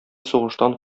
сугыштан